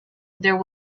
there